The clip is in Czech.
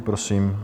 Prosím.